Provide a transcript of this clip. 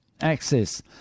access